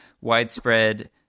widespread